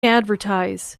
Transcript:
advertise